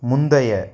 முந்தைய